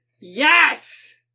Yes